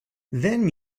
then